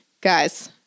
Guys